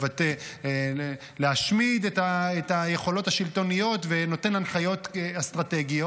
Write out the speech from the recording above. להשמיד את היכולות השלטוניות ונותן הנחיות אסטרטגיות,